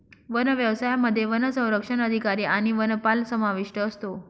one व्यवसायामध्ये वनसंरक्षक अधिकारी आणि वनपाल समाविष्ट असतो